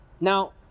Now